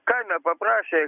ką nepaprašė